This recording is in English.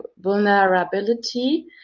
vulnerability